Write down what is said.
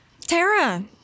Tara